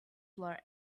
floor